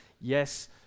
yes